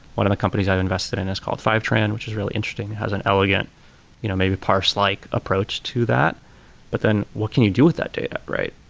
one of the companies i've invested in is called fivetran, which is really interesting. it has an elegant you know maybe parse-like approach to that but then what can you do with that data, right?